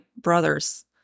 brothers